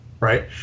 right